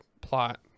plot